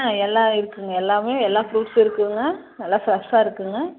ஆ எல்லாம் இருக்குங்க எல்லாமே எல்லா ஃபுரூட்ஸும் இருக்குங்க நல்லா ஃப்ரெஷ்ஷாக இருக்குங்க